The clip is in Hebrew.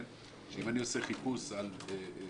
אם אני עושה חיפוש על פלוני,